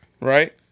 right